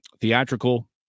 theatrical